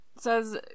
says